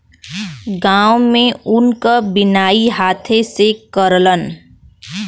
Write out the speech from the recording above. गांव में ऊन क बिनाई हाथे से करलन